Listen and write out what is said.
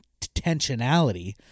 intentionality